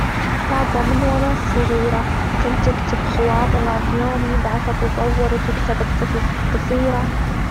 أحب الكتابة من وأنا صغيرة كنت أكتب خواطر عن يومي، بعدها تطورت وكتبت قصص جصيرة.